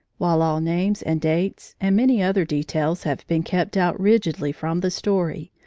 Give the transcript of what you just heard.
while all names and dates, and many other details, have been kept out rigidly from the story,